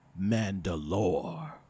Mandalore